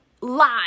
live